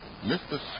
Mr